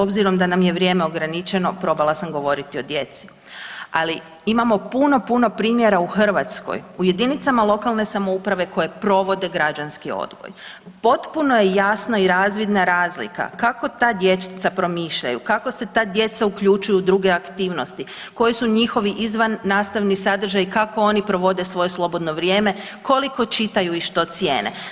Obzirom da nam je vrijeme ograničeno, probala sam govoriti o djeci, ali imao puno, puno primjera u Hrvatskoj, u jedinicama lokalne samouprave koje provode građanski odgoj, potpuno je jasna i razvidna razlika kako ta dječica promišljaju, kako se ta djeca uključuju u druge aktivnosti, koji su njihovi izvannastavni sadržaji, kako oni provode svoje slobodno vrijeme, koliko čitaju i što cijene.